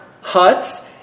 huts